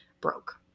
broke